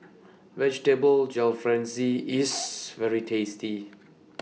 Vegetable Jalfrezi IS very tasty